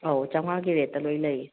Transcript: ꯑꯧ ꯆꯥꯝꯃꯉꯥꯒꯤ ꯔꯦꯠꯇ ꯂꯣꯏ ꯂꯩꯌꯦ